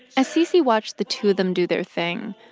as cc watched the two of them do their thing,